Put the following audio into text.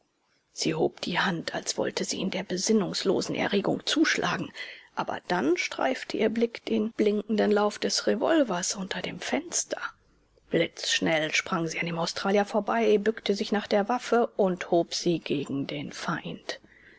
sie hob die hand als wollte sie in der besinnungslosen erregung zuschlagen aber dann streifte ihr blick den blinkenden lauf des revolvers unter dem fenster blitzschnell sprang sie an dem australier vorbei bückte sich nach der waffe und hob sie gegen den feind